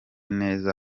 neza